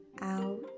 out